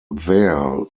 there